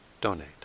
donate